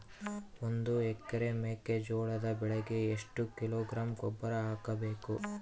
ಒಂದು ಎಕರೆ ಮೆಕ್ಕೆಜೋಳದ ಬೆಳೆಗೆ ಎಷ್ಟು ಕಿಲೋಗ್ರಾಂ ಗೊಬ್ಬರ ಹಾಕಬೇಕು?